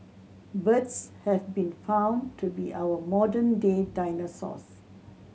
birds have been found to be our modern day dinosaurs